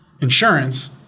Insurance